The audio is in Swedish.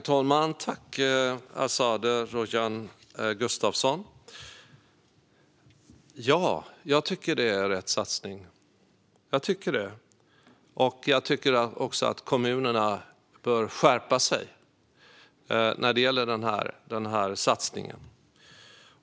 Herr talman! Ja, jag tycker att det är rätt satsning, Azadeh Rojhan Gustafsson. Jag tycker också att kommunerna bör skärpa sig när det gäller den här satsningen.